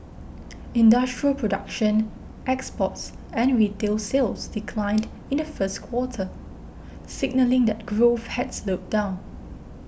industrial production exports and retail sales declined in the first quarter signalling that growth had slowed down